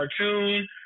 cartoon